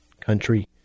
country